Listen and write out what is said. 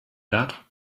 that